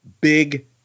big